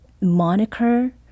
moniker